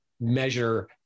measure